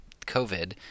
COVID